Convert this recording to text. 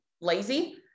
lazy